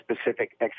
specific